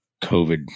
COVID